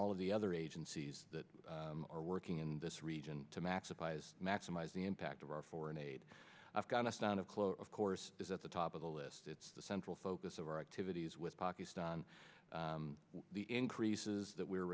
all of the other agencies that are working in this region to maximize maximize the impact of our foreign aid afghanistan a close of course is at the top of the list it's the central focus of our activities with pakistan the increases that we're